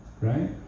right